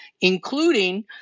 including